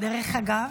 דרך אגב?